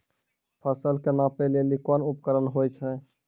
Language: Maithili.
फसल कऽ नापै लेली कोन उपकरण होय छै?